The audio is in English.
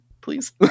please